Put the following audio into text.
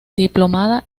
diplomada